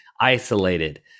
isolated